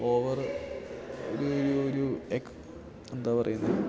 over ഒരു ഒരു ഒരു എന്താ പറയുന്നത്